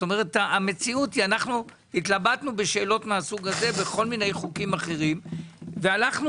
אנחנו התלבטנו בשאלות מהסוג הזה בכל מיני חוקים אחרים והלכנו,